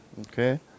Okay